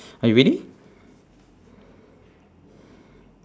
are you ready